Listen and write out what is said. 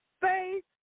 Faith